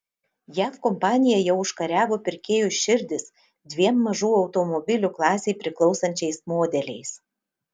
jav kompanija jau užkariavo pirkėjų širdis dviem mažų automobilių klasei priklausančiais modeliais